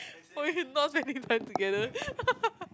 why you not spending time together